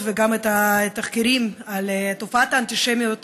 וגם את התחקירים על תופעת האנטישמיות,